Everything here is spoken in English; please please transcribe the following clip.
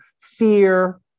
fear